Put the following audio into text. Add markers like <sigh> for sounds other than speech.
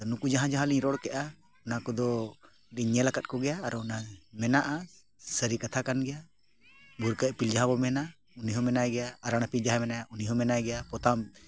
ᱱᱩᱠᱩ ᱡᱟᱦᱟᱸ ᱡᱟᱦᱟᱸ ᱞᱤᱧ ᱨᱚᱲ ᱠᱮᱜᱼᱟ ᱚᱱᱟ ᱠᱚᱫᱚ ᱞᱤᱧ ᱧᱮᱞ ᱟᱠᱟᱫ ᱠᱚᱜᱮᱭᱟ ᱟᱨ ᱚᱱᱟ ᱢᱮᱱᱟᱜᱼᱟ ᱥᱟᱹᱨᱤ ᱠᱟᱛᱷᱟ ᱠᱟᱱ ᱜᱮᱭᱟ ᱵᱷᱩᱨᱠᱟᱹ ᱤᱯᱤᱞ ᱡᱟᱦᱟᱸ ᱵᱚᱱ ᱢᱮᱱᱟ ᱩᱱᱤ ᱦᱚᱸ ᱢᱮᱱᱟᱭ ᱜᱮᱭᱟ <unintelligible> ᱡᱟᱦᱟᱸᱭ ᱢᱮᱱᱟᱭᱟ ᱩᱱᱤ ᱦᱚᱸ ᱢᱮᱱᱟᱭ ᱜᱮᱭᱟ ᱯᱚᱛᱟᱢ